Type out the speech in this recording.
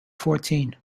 fourteen